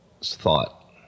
thought